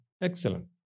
Excellent